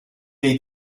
dei